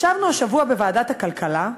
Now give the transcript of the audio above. ישבנו השבוע בוועדת הכלכלה,